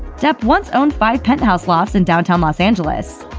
depp once owned five penthouse lofts in downtown los angeles.